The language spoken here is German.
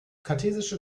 kartesische